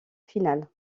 finale